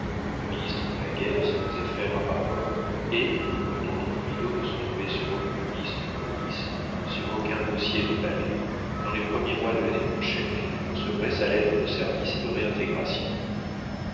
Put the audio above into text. le ministre de la guerre se faisait faire un rapport et comme le nom de bridau ne se trouvait sur aucune liste de police sur aucun dossier de palais dans les premiers mois de l'année prochaine philippe recevrait sa lettre de service et de réintégration